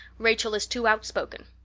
rachel is too outspoken.